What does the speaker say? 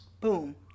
Boom